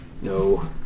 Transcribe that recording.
No